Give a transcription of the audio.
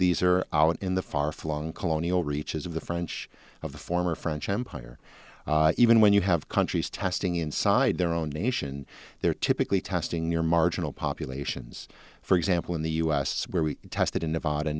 these are in the far flung colonial reaches of the french of the former french empire even when you have countries testing inside their own nation they're typically testing near marginal populations for example in the us where we tested in nevada